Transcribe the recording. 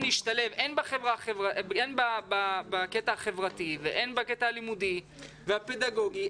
להשתלב הן בקטע החברתי והן בקטע הלימודי והפדגוגי.